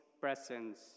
presence